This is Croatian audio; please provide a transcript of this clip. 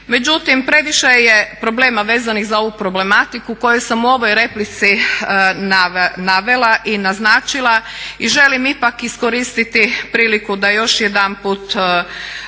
Međutim, previše je problema vezanih za ovu problematiku koju sam u ovoj replici navela i naznačila i želim ipak iskoristiti priliku da još jedanput o tome